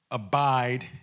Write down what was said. abide